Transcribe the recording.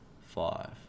five